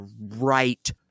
right